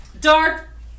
Dark